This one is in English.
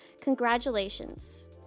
Congratulations